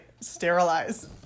sterilize